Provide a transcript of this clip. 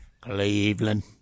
Cleveland